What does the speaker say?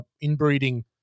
inbreeding